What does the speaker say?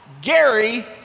Gary